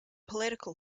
political